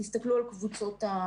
תסתכלו על הקבוצות.